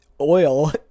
oil